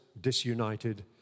disunited